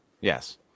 yes